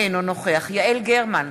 אינו נוכח יעל גרמן,